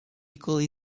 equally